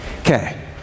Okay